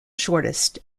shortest